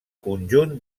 conjunt